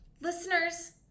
Listeners